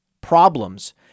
problems